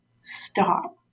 stop